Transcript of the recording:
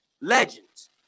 legends